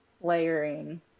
layering